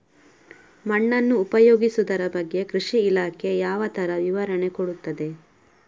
ಮಣ್ಣನ್ನು ಉಪಯೋಗಿಸುದರ ಬಗ್ಗೆ ಕೃಷಿ ಇಲಾಖೆ ಯಾವ ತರ ವಿವರಣೆ ಕೊಡುತ್ತದೆ?